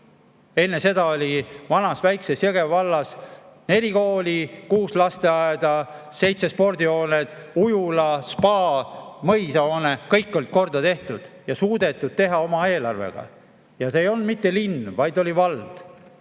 Enne seda oli vanas väikeses Jõgeva vallas neli kooli, kuus lasteaeda, seitse spordihoonet, ujula, spaa, mõisahoone. Kõik olid korda tehtud ja suudetud teha oma eelarvega. Ja see ei olnud mitte linn, vaid oli vald